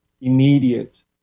immediate